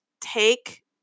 take